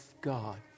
God